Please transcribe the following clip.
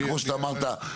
כמו שאמרת,